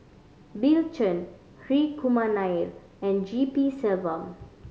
Bill Chen Hri Kumar Nair and G P Selvam